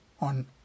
on